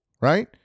Right